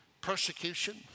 Persecution